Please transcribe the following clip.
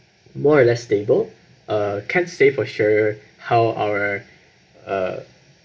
more or less stable uh can't say for sure how our uh